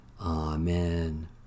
Amen